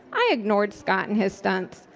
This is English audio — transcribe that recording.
i ignored scott and his stunts,